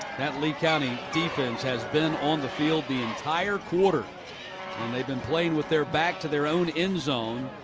that lee county defense has been on the field the entire quarter and they've been playing with their back to their own end zone.